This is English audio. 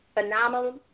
phenomenal